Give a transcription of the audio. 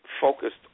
focused